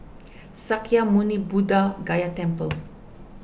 Sakya Muni Buddha Gaya Temple